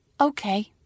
Okay